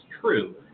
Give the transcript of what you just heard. true